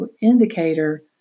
indicator